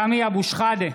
שחאדה,